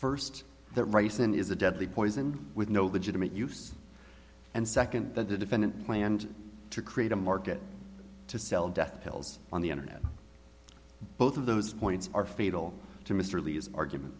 first the rice and is a deadly poison with no legitimate use and second that the defendant planned to create a market to sell death pills on the internet both of those points are fatal to mr lee's argument